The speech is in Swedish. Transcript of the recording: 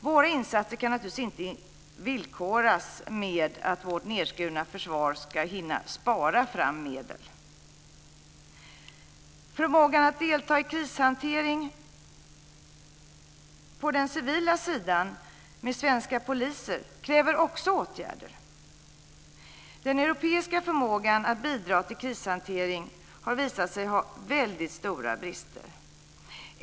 Våra insatser kan naturligtvis inte villkoras med att vårt nedskurna försvar ska hinna spara fram medel. Förmågan att delta i krishantering på den civila sidan med svenska poliser kräver också åtgärder. Den europeiska förmågan att bidra till krishantering har visat sig ha väldigt stora brister.